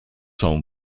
home